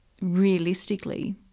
realistically